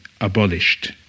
abolished